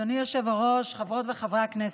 אדוני היושב-ראש, חברות וחברי הכנסת,